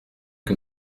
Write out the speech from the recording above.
que